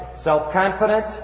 self-confident